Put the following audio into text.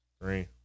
three